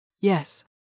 Yes